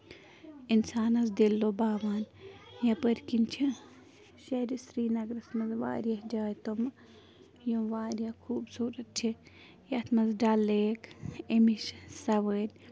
اِنسانس دِل لُباوان یپٲرۍ کِنۍ چھِ شہرِ سرینگرس منٛز وارِیاہ جایہِ تِم یِم وارِیاہ خوٗبصوٗرت چھِ یَتھ منٛز ڈل لیک اَمیِچ سَوٲر